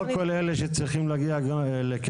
לא כל אלה שצריכים להגיע לקבל,